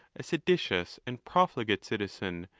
a seditious and profligate citizen,